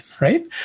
right